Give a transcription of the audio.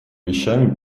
вещами